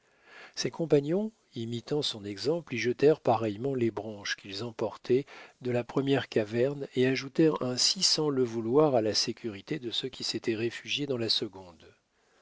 ses compagnons imitant son exemple y jetèrent pareillement les branches qu'ils emportaient de la première caverne et ajoutèrent ainsi sans le vouloir à la sécurité de ceux qui s'étaient réfugiés dans la seconde